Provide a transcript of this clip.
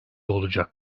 olacak